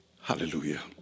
Hallelujah